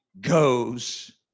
goes